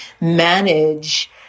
manage